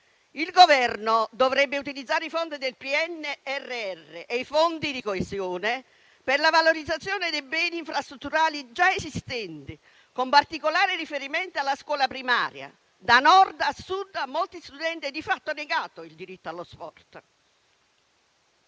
Il Governo dovrebbe utilizzare i fondi del PNRR e i fondi di coesione per la valorizzazione dei beni infrastrutturali già esistenti, con particolare riferimento alla scuola primaria: da Nord a Sud, infatti, a molti studenti è di fatto negato il diritto allo sport.